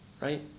right